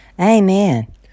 amen